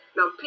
Now